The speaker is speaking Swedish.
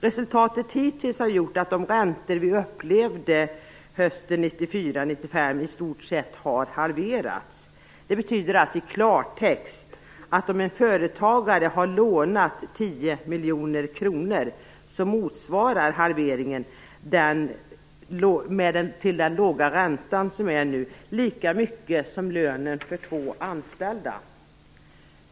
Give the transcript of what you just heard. Resultatet hittills har gjort att de räntor som vi upplevde hösten 1994 i stort sett har halverats. Det betyder i klartext att om en företagare har lånat 10 miljoner kronor så motsvarar halveringen med den låga räntan lika mycket som lönen för två anställda.